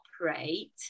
operate